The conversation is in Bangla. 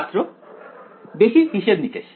ছাত্র বেশি হিসেব নিকেশ